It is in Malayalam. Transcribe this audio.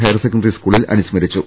ഹയർ സെക്കന്ററി സ്കൂളിൽ അനുസ്മരിച്ചു